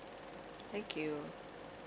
thank you